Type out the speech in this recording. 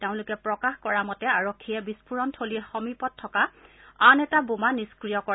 তেওঁলোকে প্ৰকাশ কৰা মতে আৰক্ষীয়ে বিস্ফোৰণথলীৰ সমীপত থকা আন এটা বোমা নিস্ক্ৰিয় কৰে